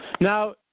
Now